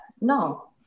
No